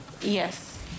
yes